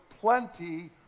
plenty